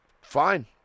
Fine